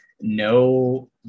no